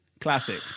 Classic